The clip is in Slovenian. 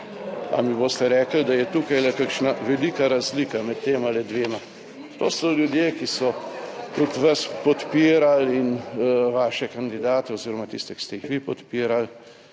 Ali mi boste rekli, da je tukaj kakšna velika razlika med tema dvema? To so ljudje, ki so tudi vas podpirali in vaše kandidate oziroma tiste, ki ste jih vi podpirali